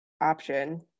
option